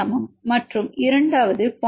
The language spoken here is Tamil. மற்றும் இரண்டாவது 0